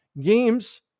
games